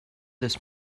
this